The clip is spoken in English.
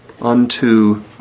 unto